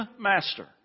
master